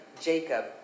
Jacob